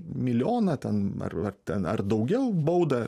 milijoną ten ar ar ten ar daugiau baudą